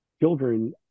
children